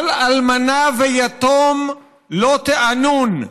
כל אלמנה ויתום לא תענון.